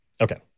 Okay